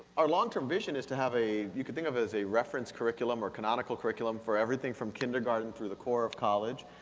our long term vision is to have a, you can think of it as a reference curriculum, or canonical curriculum, for everything from kindergarten through the core of college,